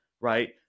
right